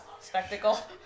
spectacle